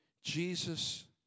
Jesus